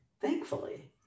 Thankfully